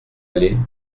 aller